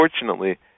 unfortunately